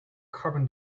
carbon